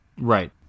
Right